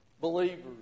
believers